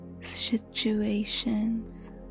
situations